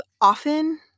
often